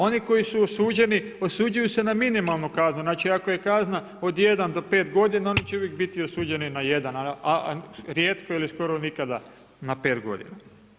Oni koji su osuđeni osuđuju se na minimalnu kaznu, znači ako je kazna od jednu do pet godina oni će uvijek biti osuđeni na jednu, a rijetko ili skoro nikada na pet godina.